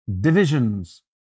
divisions